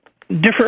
different